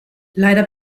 leider